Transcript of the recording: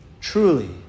Truly